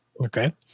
Okay